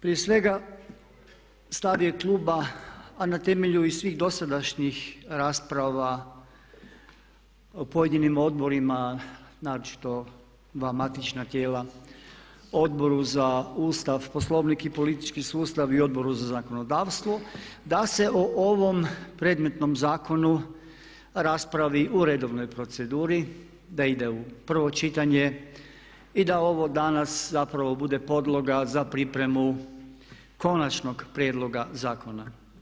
Prije svega stav je kluba, a na temelju i svih dosadašnjih rasprava po pojedinim odborima naročito dva matična tijela, Odboru za Ustav, Poslovnik i politički sustav i Odboru za zakonodavstvo, da se o ovom predmetnom zakonu raspravi u redovnoj proceduri, da ide u prvo čitanje i da ovo danas zapravo bude podloga za pripremu konačnog prijedloga zakona.